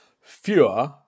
fewer